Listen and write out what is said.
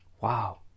Wow